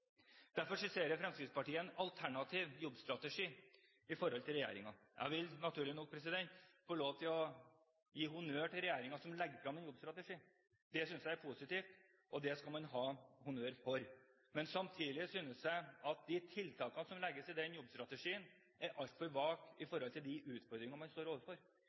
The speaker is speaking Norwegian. Derfor skisserer Fremskrittspartiet en alternativ jobbstrategi til regjeringens. Jeg vil naturlig nok få lov til å gi honnør til regjeringen som legger frem en jobbstrategi, det synes jeg er positivt, og det skal man ha honnør for. Men jeg synes samtidig at de tiltakene som legges i den jobbstrategien, er altfor vage i forhold til de utfordringene man står overfor,